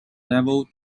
level